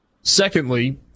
Secondly